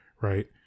right